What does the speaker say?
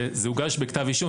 וזה הוגש בכתב אישום,